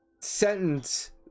sentence